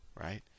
right